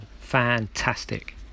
fantastic